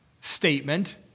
statement